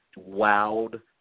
wowed